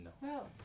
No